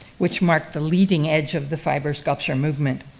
which marked the leading edge of the fiber sculpture movement.